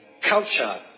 Culture